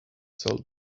sold